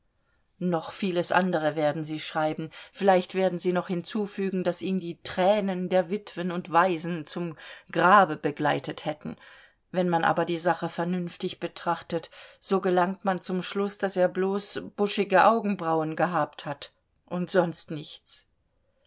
noch vieles andere werden sie schreiben vielleicht werden sie noch hinzufügen daß ihn die tränen der witwen und waisen zum grabe begleitet hätten wenn man aber die sache vernünftig betrachtet so gelangt man zum schluß daß er bloß buschige augenbrauen gehabt hat und sonst nichts